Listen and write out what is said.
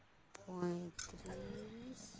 ᱯᱚᱸᱭᱛᱨᱤᱥ